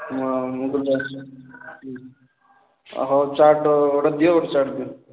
ମୁଁ ତ ଜାଣିନି ହଉ ଚାଟ୍ ଗୋଟେ ଦିଅ ଗୋଟେ ଚାଟ୍ ଦିଅ